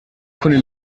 kunde